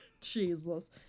jesus